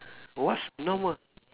what's the normal